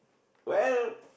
well